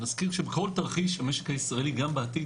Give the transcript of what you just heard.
נזכיר שבכל תרחיש המשק הישראל גם בעתיד